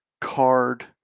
card